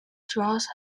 draws